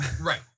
right